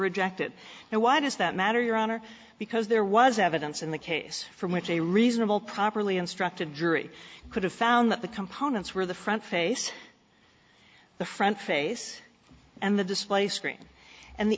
rejected and why does that matter your honor because there was evidence in the case from which a reasonable properly instructed jury could have found that the components were the front face the front face and the display screen and the